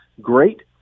Great